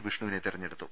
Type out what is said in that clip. വിഷ്ണുവിനെ തെരഞ്ഞെടുത്തു